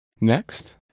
Next